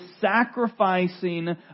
sacrificing